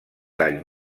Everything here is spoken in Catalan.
tall